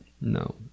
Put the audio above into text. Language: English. no